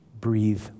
Breathe